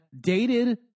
dated